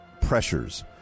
pressures